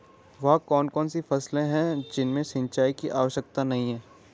वह कौन कौन सी फसलें हैं जिनमें सिंचाई की आवश्यकता नहीं है?